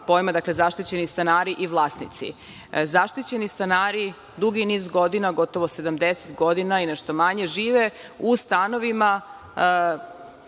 pojma – zaštićeni stanari i vlasnici, zaštićeni stanari dugi niz godina, gotovo 70 godina i nešto manje žive u stanovima